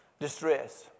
distress